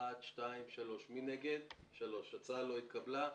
הצבעה בעד 3 נגד 3 ההצעה לא נתקבלה.